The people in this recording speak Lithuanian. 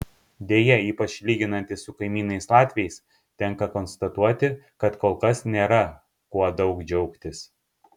deja ypač lyginantis su kaimynais latviais tenka konstatuoti kad kol kas nėra kuo daug džiaugtis